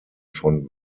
von